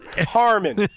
Harmon